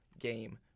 game